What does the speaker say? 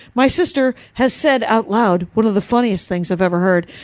my sister has said out loud, one of the funniest things i've ever heard.